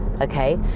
Okay